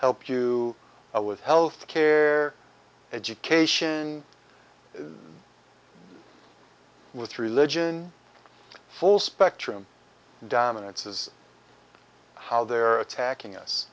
help you with health care education with religion full spectrum dominance is how they are attacking us